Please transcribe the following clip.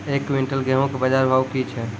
एक क्विंटल गेहूँ के बाजार भाव की छ?